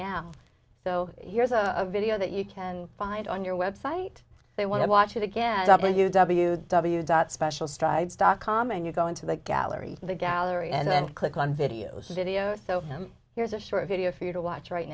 now so here's a video that you can find on your website they want to watch it again w w w dot special strides dot com and you go into the gallery the gallery and then click on videos he did ios so here's a short video for you to watch right